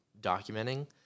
documenting